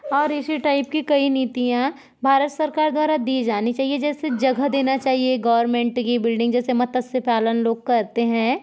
और इसी टाइप की कई नीतियाँ भारत सरकार द्वारा दी जानी चाहिए जैसे जगह देना चाहिए गवर्नमेंट की बिल्डिंग जैसे मतस्य पालन लोग करते हैं